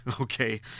okay